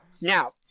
Now